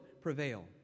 prevail